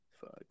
Fuck